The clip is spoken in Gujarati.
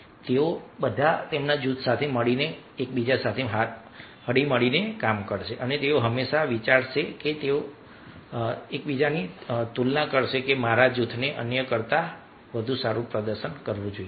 તેથી તેઓ બધા તેમના જૂથ માટે સાથે મળીને કામ કરશે અને તેઓ હંમેશા વિચારશે અને તુલના કરશે કે મારા જૂથને અન્ય કરતા વધુ સારું પ્રદર્શન કરવું જોઈએ